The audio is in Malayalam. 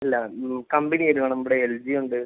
ഇല്ല കമ്പനി ഏതു വേണം ഇവിടെ എൽ ജി ഉണ്ട്